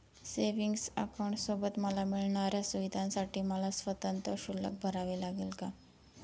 Savings अकाउंटसोबत मला मिळणाऱ्या सुविधांसाठी मला स्वतंत्र शुल्क भरावे लागेल का?